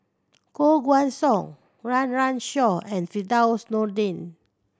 Koh Guan Song Run Run Shaw and Firdaus Nordin